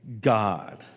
God